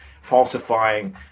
falsifying